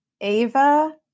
Ava